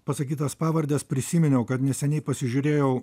pasakytas pavardes prisiminiau kad neseniai pasižiūrėjau